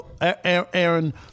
Aaron